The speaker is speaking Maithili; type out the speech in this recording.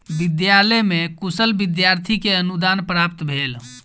विद्यालय में कुशल विद्यार्थी के अनुदान प्राप्त भेल